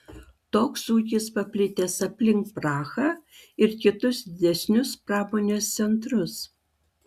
toks ūkis paplitęs aplink prahą ir kitus didesnius pramonės centrus